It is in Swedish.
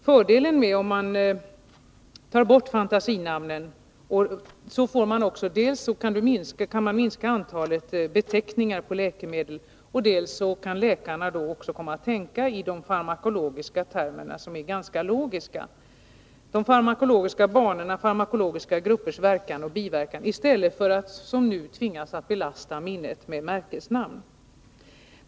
Fördelen med att ta bort fantasinamnen är dels att man kan minska antalet beteckningar på läkemedel, dels att läkarna då också kan komma att tänka i de farmakologiska banorna — och de farmakologiska termerna är ganska logiska — i fråga om farmakologiska gruppers verkan och biverkan, i stället för att som nu tvingas att belasta minnet med märkesnamn.